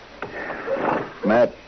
Matt